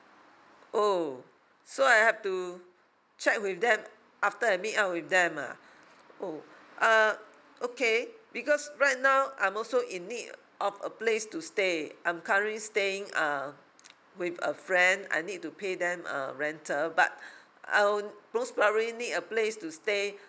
oh so I have to check with them after I meet up with them ah oh uh okay because right now I'm also in need of a place to stay I'm currently staying uh with a friend I need to pay them uh rental but I would most probably need a place to stay